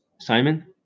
Simon